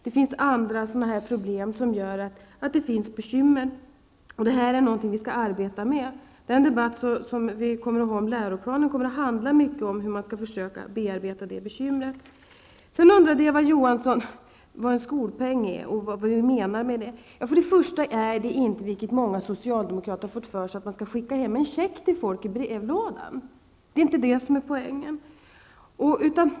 Det finns även andra problem som gör att det finns bekymmer. Detta är någonting som vi skall arbeta med. Den debatt som vi kommer att föra om läroplanen kommer mycket att handla om hur man skall försöka att bearbeta det bekymret. Sedan undrade Eva Johansson vad en skolpeng är och vad vi menar med det. Det innebär inte, vilket många socialdemokrater fått för sig, att man skall skicka en check hem till folk i brevlådan. Det är inte poängen.